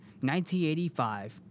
1985